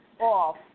off